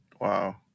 wow